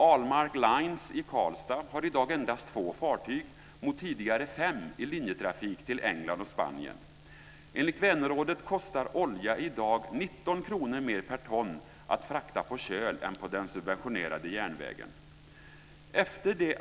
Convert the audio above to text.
Ahlmark Lines i Karlstad har i dag endast två fartyg mot tidigare fem i linjetrafik till England och Spanien. Enligt Vänerrådet kostar olja i dag 19 kr mer per ton att frakta på köl än på den subventionerade järnvägen.